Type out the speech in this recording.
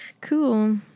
Cool